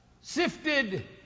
sifted